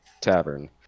Tavern